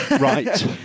Right